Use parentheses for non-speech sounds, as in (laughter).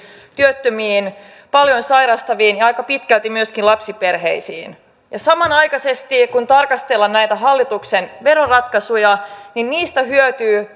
työttömiin paljon sairastaviin ja aika pitkälti myöskin lapsiperheisiin ja samanaikaisesti kun tarkastellaan näitä hallituksen veroratkaisuja niistä hyötyvät (unintelligible)